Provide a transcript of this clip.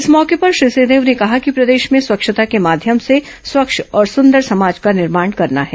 इस मौके पर श्री सिंहदेव ने कहा कि प्रदेश में स्वच्छता के माध्यम से स्वच्छ और संदर समाज का निर्माण करना है